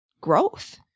growth